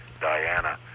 Diana